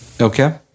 Okay